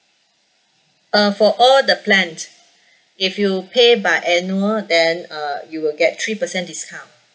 uh for all the plan if you pay by annual then uh you will get three percent discount